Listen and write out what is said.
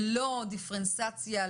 ללא דיפרנציאציה,